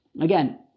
again